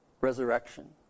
resurrection